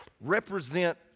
represent